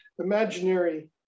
imaginary